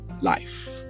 life